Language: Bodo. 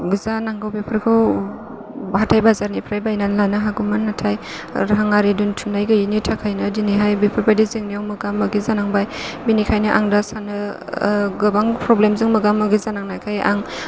जा नांगौ बेफोरखौ हाथाय बाजारनिफ्राय बायना लानो हागौमोन नाथाय राङारि दोनथुमनाय गैयिनि थाखायनो दिनैहाय बेफोरबायदि जेंनायाव मोगा मोगि जानांबाय बिनिखायनो आं दा सानो गोबां प्रब्लेमजों मोगा मोगि जानांनायखाय आं